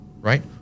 right